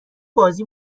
بازی